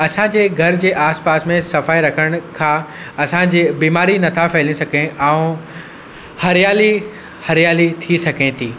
असां जे घर जे आस पास में सफ़ाई रखण खां असांजे बिमारी नथा फैले सघे ऐं हरियाली हरियाली थी सघे थी